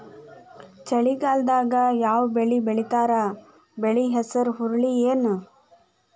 ಚಳಿಗಾಲದಾಗ್ ಯಾವ್ ಬೆಳಿ ಬೆಳಿತಾರ, ಬೆಳಿ ಹೆಸರು ಹುರುಳಿ ಏನ್?